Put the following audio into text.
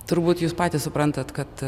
turbūt jūs patys suprantat kad